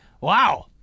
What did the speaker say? Wow